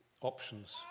options